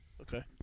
okay